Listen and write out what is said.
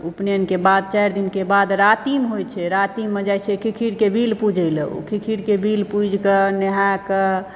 उपनयनके बाद चारि दिनके बाद रातिम होयत छै रातिममऽ जाइत छै खिखीरकऽ बिल पूजयलऽ ओ खिखीरके बिल पूजिकऽ नहाकऽ